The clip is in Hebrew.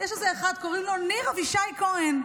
יש איזה אחד, קוראים לו ניר אבישי כהן.